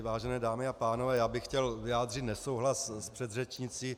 Vážené dámy a pánové, já bych chtěl vyjádřit nesouhlas s předřečnicí.